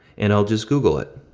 and i'll just google it.